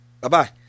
Bye-bye